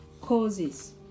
causes